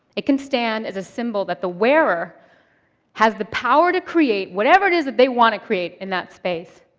it can stand as a symbol that the wearer has the power to create whatever it is that they want to create in that space.